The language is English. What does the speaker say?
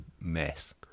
mess